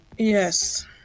Yes